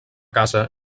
casa